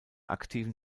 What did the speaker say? aktiven